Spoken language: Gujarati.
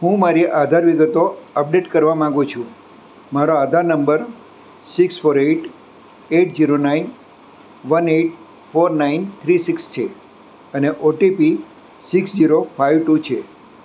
હું મારી આધાર વિગતો અપડેટ કરવા માગું છું મારો Aadhaar number six four eight eight zero nine one eight four nine three six છે અને OTP six zero five two છે